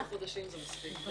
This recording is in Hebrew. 18 חודשים זה מספיק.